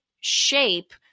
shape